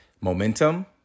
momentum